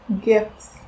gifts